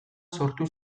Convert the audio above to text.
sortu